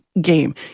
game